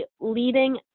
leading